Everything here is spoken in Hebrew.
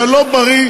זה לא בריא,